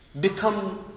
become